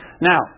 Now